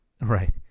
Right